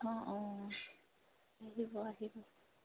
অঁ অঁ আহিব আহিব